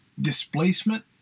displacement